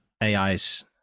AI's